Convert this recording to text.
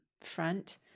front